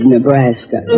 Nebraska